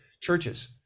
churches